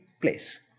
place